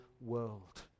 world